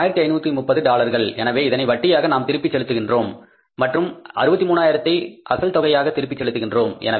இது 1530 டாலர்கள் எனவே இதனை வட்டியாக நாம் திருப்பி செலுத்துகின்றோம் மற்றும் 63 ஆயிரத்தை அசல் தொகையாக திருப்பி செலுத்துகின்றோம்